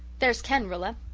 there's ken, rilla.